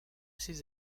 ses